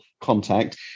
contact